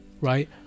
right